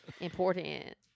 Important